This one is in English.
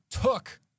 took